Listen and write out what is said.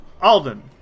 Alden